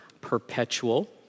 perpetual